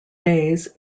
days